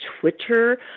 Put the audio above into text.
Twitter